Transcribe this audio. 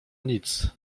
nic